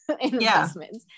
investments